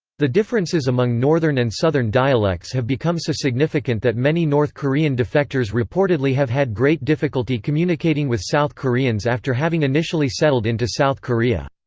the differences among northern and southern dialects have become so significant that many north korean defectors reportedly have had great difficulty communicating with south koreans after having initially settled into south korea.